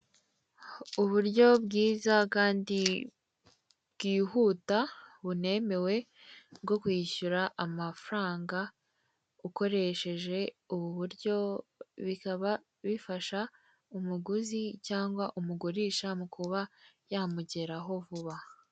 Uburyo bwiza kandi bwihuta bunemewe bwo kwishyura amafaranga ukoresheje ubu buryo bikaba bifasha umuguzi cyangwa umugurisha kuba yamugeraho vuba.